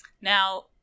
now